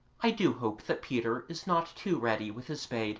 i do hope that peter is not too ready with his spade.